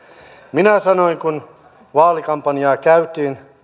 minä sanoin kun vaalikampanjaa käytiin